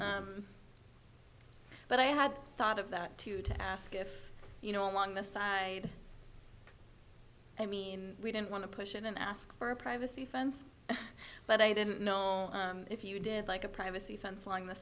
but i had thought of that too to ask if you know along the side i mean we didn't want to push in and ask for a privacy fence but i didn't know if you did like a privacy fence along the